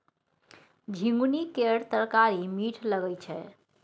झिगुनी केर तरकारी मीठ लगई छै